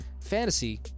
fantasy